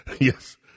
Yes